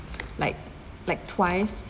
like like twice